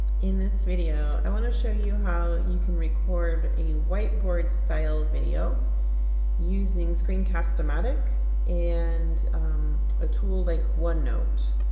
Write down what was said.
in this video i want to show you how you can record a whiteboard style video using screencast-o-matic and a tool like onenote.